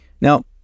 Now